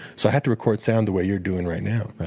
so i had to record sound the way you're doing right now.